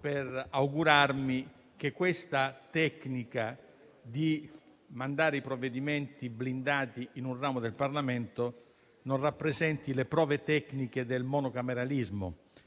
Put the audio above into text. per augurarmi che questa tecnica di inviare i provvedimenti blindati in un ramo del Parlamento non rappresenti una prova tecnica di monocameralismo.